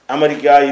America